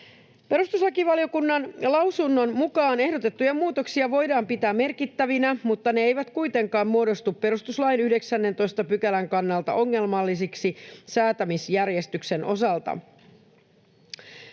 Perustuslakivaliokunnan lausunnon mukaan ehdotettuja muutoksia voidaan pitää merkittävinä, mutta ne eivät kuitenkaan muodostu perustuslain 19 §:n kannalta ongelmallisiksi säätämisjärjestyksen osalta.